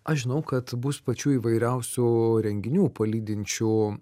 aš žinau kad bus pačių įvairiausių renginių palydinčių